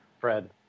Fred